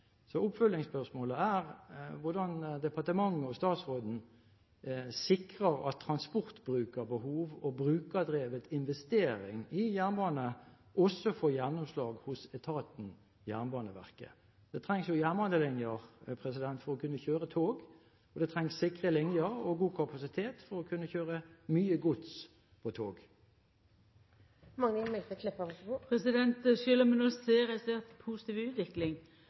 Oppfølgingsspørsmålet er: Hvordan sikrer departementet, og statsråden, at transportbrukerbehov og brukerdrevet investering i jernbane også får gjennomslag hos etaten Jernbaneverket? Det trengs jernbanelinjer for å kunne kjøre tog, og det trengs sikre linjer og god kapasitet for å kunne kjøre mye gods på tog. Sjølv om vi no ser ei svært positiv utvikling, er ikkje driftsstabiliteten i